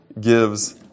gives